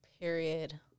Period